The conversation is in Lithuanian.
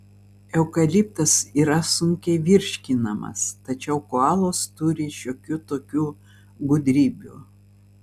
eukaliptas yra sunkiai virškinamas tačiau koalos turi šiokių tokių gudrybių